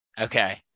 Okay